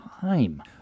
time